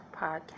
Podcast